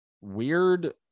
Weird